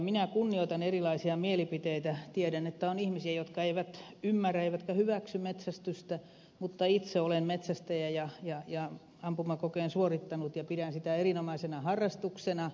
minä kunnioitan erilaisia mielipiteitä ja tiedän että on ihmisiä jotka eivät ymmärrä eivätkä hyväksy metsästystä mutta itse olen metsästäjä ja ampumakokeen suorittanut ja pidän sitä erinomaisena harrastuksena